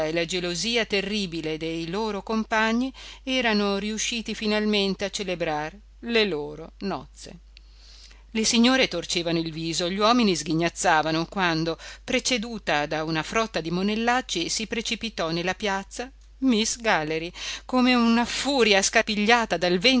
la gelosia terribile dei loro compagni erano riusciti finalmente a celebrar le loro nozze le signore torcevano il viso gli uomini sghignazzavan quando preceduta da una frotta di monellacci si precipitò nella piazza miss galley come una furia scapigliata dal